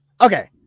Okay